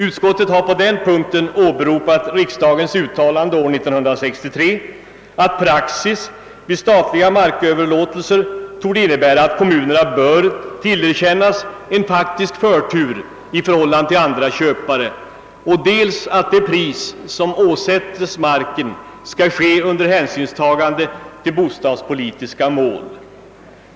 Utskottet har på denna punkt åberopat riksdagens uttalande år 1963, att praxis vid statliga marköverlåtelser torde innebära att kommunerna bör tillerkännas en faktisk förtur i förhållande till andra köpare och att det pris som åsätts marken skall bestämmas under hänsynstagande till bostadspolitiska mål.